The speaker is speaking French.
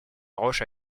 roche